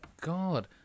god